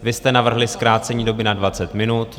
Vy jste navrhli zkrácení doby na 20 minut.